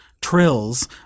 Trills